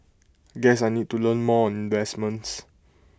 guess I need to learn more on investments